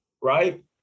right